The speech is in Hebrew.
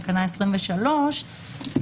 תקנה 23,